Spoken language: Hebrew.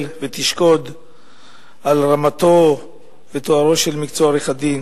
ותשקוד על רמתו וטוהרו של מקצוע עריכת-הדין.